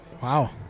Wow